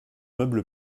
meuble